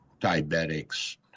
diabetics